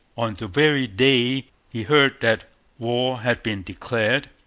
on the very day he heard that war had been declared,